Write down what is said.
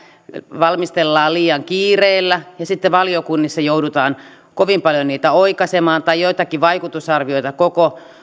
valmistellaan liian kiireellä ja sitten valiokunnissa joudutaan kovin paljon niitä oikaisemaan tai joitakin vaikutusarvioita